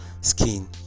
skin